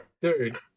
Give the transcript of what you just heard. Dude